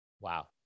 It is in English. Wow